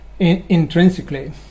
intrinsically